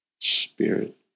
spirit